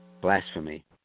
blasphemy